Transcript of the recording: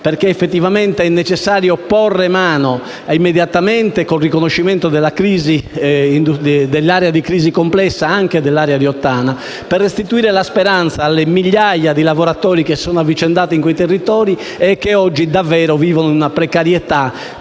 perché è necessario porre mano immediatamente a questo problema, con il riconoscimento dell'area di crisi complessa anche dell'area di Ottana, per restituire la speranza alle migliaia di lavoratori che si sono avvicendati in quei territori e che oggi davvero vivono in precarietà,